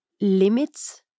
limits